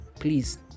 please